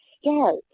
start